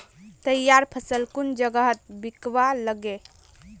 तैयार फसल कुन जगहत बिकवा लगे?